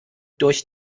durch